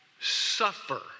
suffer